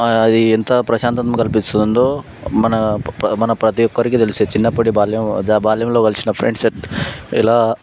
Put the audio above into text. అది ఎంత ప్రశాంతను కల్పిస్తుందో మన మన ప్రతి ఒక్కరికి తెలుసు చిన్నప్పటి బాల్యం ఆ బాల్యంలో కలిసిన ఫ్రెండ్స్ ఎలా